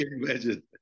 imagine